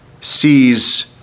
sees